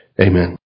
Amen